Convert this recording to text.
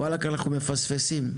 אנחנו מפספסים.